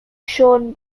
shawn